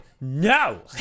no